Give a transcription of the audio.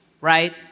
right